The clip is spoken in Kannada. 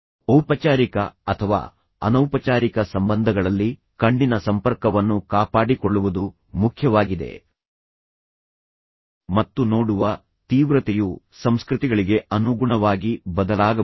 ಔಪಚಾರಿಕ ಅಥವಾ ಅನೌಪಚಾರಿಕ ಸಂಬಂಧಗಳಲ್ಲಿ ಕಣ್ಣಿನ ಸಂಪರ್ಕವನ್ನು ಕಾಪಾಡಿಕೊಳ್ಳುವುದು ಮುಖ್ಯವಾಗಿದೆ ಮತ್ತು ನೋಡುವ ತೀವ್ರತೆಯು ಸಂಸ್ಕೃತಿಗಳಿಗೆ ಅನುಗುಣವಾಗಿ ಬದಲಾಗಬಹುದು